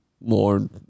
more